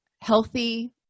healthy